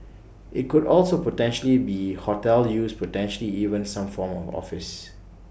IT could also potentially be hotel use potentially even some form of office